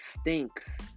stinks